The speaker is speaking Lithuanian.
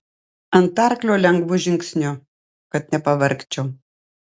ant arklio lengvu žingsniu kad nepavargčiau